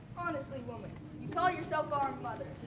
honestly woman, you call yourself our mother.